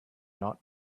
not